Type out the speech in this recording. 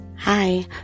Hi